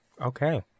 okay